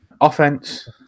Offense